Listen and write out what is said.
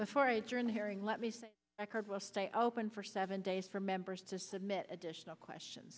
before and during the hearing let me say that card will stay open for seven days for members to submit additional questions